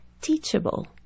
teachable